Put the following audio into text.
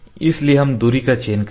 इसलिए हम दूरी का चयन करेंगे